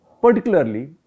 Particularly